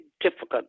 difficult